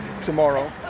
tomorrow